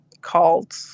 called